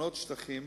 לפנות שטחים,